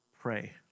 pray